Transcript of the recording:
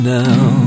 now